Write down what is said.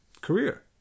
career